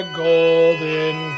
golden